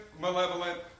malevolent